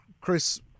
Chris